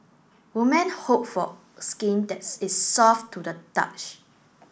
woman hope for skin that is soft to the touch